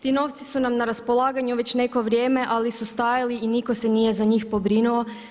Ti novci su nam na raspolaganju već neko vrijeme, ali su stajali i nitko se nije za njih pobrinuo.